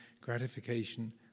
gratification